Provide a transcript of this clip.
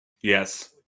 Yes